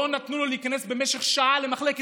לא נתנו לו להיכנס במשך שעה למחלקת,